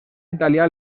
italià